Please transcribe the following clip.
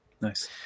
Nice